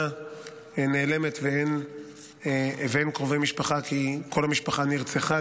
נעלמת ואין קרובי משפחה כי כל המשפחה נרצחה,